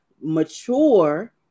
mature